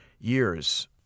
years